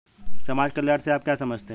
समाज कल्याण से आप क्या समझते हैं?